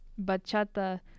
bachata